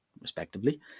respectively